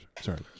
sorry